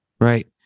Right